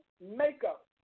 makeup